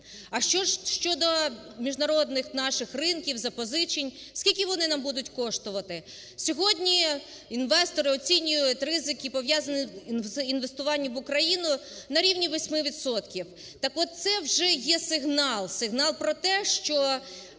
А що ж щодо міжнародних наших ринків, запозичень, скільки вони нам будуть поштувати? Сьогодні інвестори оцінюють ризики, пов'язані з інвестуванням в Україну на рівні 8 відсотків. Так от це вже є сигнал, сигнал про те, що